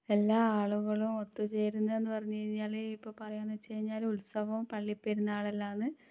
എല്ലാ ആളുകളും ഒത്തു ചേരുന്നതെന്ന് പറഞ്ഞ് കഴിഞ്ഞാൽ ഇപ്പം പറയുന്നത് വച്ച് കഴിഞ്ഞാൽ ഉത്സവം പള്ളിപ്പെരുന്നാളെല്ലാമാണ്